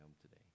today